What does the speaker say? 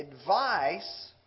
advice